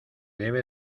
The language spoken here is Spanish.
debe